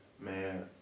man